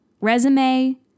Resume